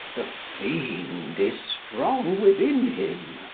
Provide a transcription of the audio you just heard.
the fiend is strong within him.